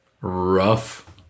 rough